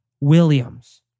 Williams